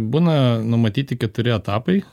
būna numatyti keturi etapai